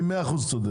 אני מאה אחוז צודק,